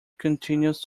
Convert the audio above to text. continues